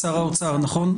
שר האוצר, נכון?